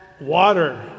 water